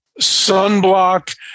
sunblock